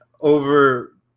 over